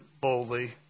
boldly